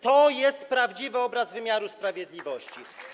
To jest prawdziwy obraz wymiaru sprawiedliwości.